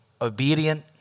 obedient